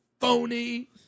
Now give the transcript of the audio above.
phony